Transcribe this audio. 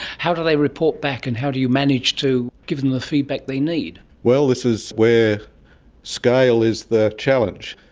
how do they report back and how do you manage to give them the feedback they need? well, this is where scale is the challenge.